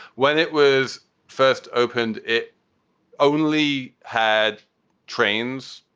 when it was first opened. it only had trains,